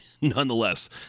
nonetheless